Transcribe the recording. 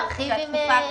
תקופה,